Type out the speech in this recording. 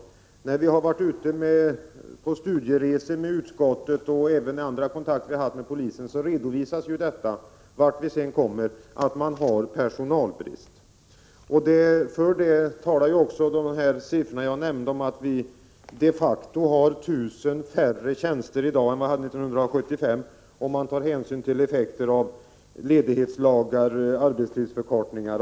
När utskottet har varit ute på studieresor, och även vid andra kontakter vi har haft med polisen, har det överallt redovisats att man har personalbrist. För det talar också de siffror jag nämnde; vi har de facto 1 000 färre tjänster i dag än vad vi hade 1975, om man tar hänsyn till effekterna av bl.a. ledighetslagar och arbetstidsförkortningar.